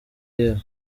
yewe